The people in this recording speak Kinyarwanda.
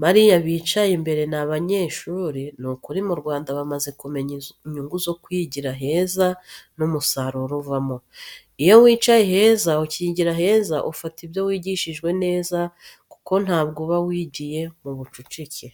Bariya bicaye imbere ni abanyeshuri nukuri mu Rwanda bamaze kumenya inyungu zo kwigira heza n'umusaruro uvamo. Iyo wicaye heza ukigira heza ufata ibyo wigishijwe neza kuko ntabwo uba wigiye mu bucucike.